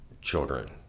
children